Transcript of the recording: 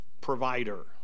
provider